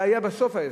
זה היה בסוף ההסכם.